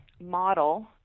model